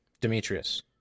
Demetrius